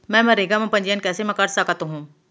मैं मनरेगा म पंजीयन कैसे म कर सकत हो?